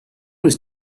was